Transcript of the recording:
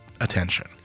attention